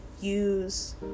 use